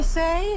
say